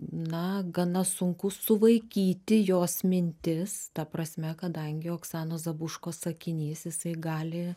na gana sunku suvaikyti jos mintis ta prasme kadangi oksanos zabuško sakinys jisai gali